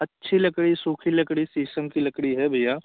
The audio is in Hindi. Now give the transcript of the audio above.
अच्छी लकड़ी सूखी लकड़ी शीशम की लकड़ी है भैया